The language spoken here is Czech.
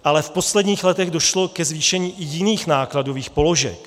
Ale v posledních letech došlo i ke zvýšení jiných nákladových položek.